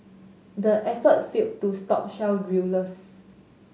the effort failed to stop shale drillers